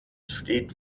steht